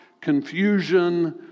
Confusion